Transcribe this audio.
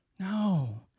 No